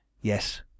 yes